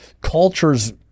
cultures